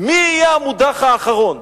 מי יהיה המודח האחרון?